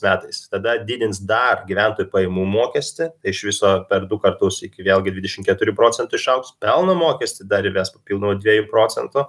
metais tada didins dar gyventojų pajamų mokestį iš viso per du kartus iki vėlgi dvidešim keturi procentų išaugs pelno mokestį dar įves papildomų dviejų procentų